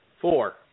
four